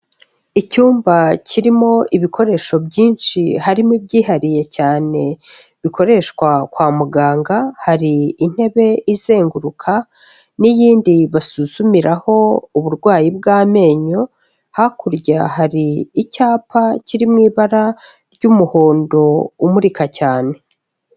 Icyumba kirimo ibikoresho byinshi harimo ibyihariye cyane bikoreshwa kwa muganga, hari intebe izenguruka n'iyindi basuzumiraho uburwayi bw'amenyo, hakurya hari icyapa kiri mu ibara ry'umuhondo umurika cyane.